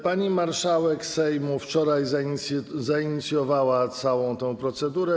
Pani marszałek Sejmu wczoraj zainicjowała całą tę procedurę.